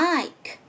Mike